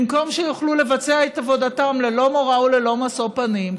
במקום שיוכלו לבצע את עבודתם ללא מורא וללא משוא פנים,